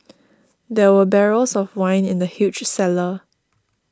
there were barrels of wine in the huge cellar